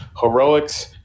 heroics